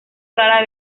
rara